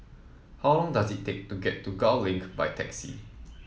how long does it take to get to Gul Link by taxi